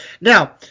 Now